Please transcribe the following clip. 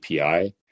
API